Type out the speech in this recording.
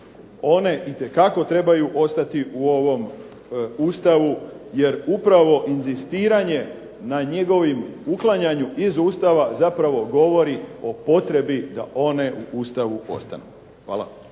One itekako trebaju ostati u ovome Ustavu, jer upravo inzistiranje na njegovom uklanjanju iz Ustava zapravo govori o potrebi da one u Ustavu ostanu. Hvala.